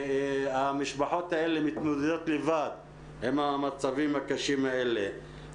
והמשפחות האלה מתמודדות לבד עם המצבים הקשים האלה.